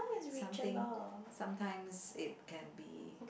something sometimes it can be